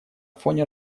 фоне